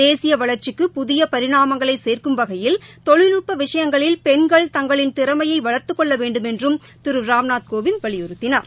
தேசியவளர்ச்சிக்கு புதியபரிணாமங்களைசேக்கும் வகையில் தொழில்நுட்பவிஷயங்களில் பெண்கள் தங்களின் திறமையைவளர்த்துக் கொள்ளவேண்டுமென்றுதிருராம்நாத் கோவிந்த் வலியுறுத்தினார்